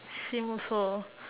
same also